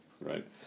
right